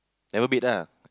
never beat lah